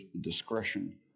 discretion